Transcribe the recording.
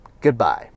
Goodbye